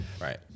Right